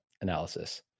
analysis